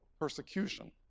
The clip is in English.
persecution